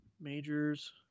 Majors